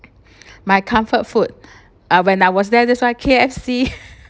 my comfort food uh when I was there that's was K_F_C